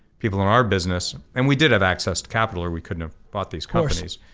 people in our business, and we did have access to capital or we couldn't have bought these companies.